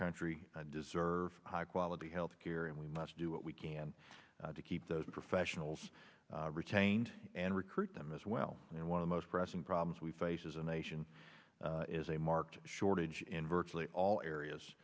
country deserve high quality health care and we must do what we can to keep those professionals retained and recruit them as well and one of most pressing problems we face as a nation is a marked shortage in virtually all areas